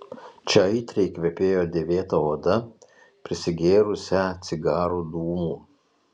čia aitriai kvepėjo dėvėta oda prisigėrusią cigarų dūmų